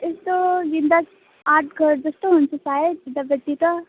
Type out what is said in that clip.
यसो बिन्दास आँट गरेको जस्तो हुन्छ सायद त्यतापट्टि त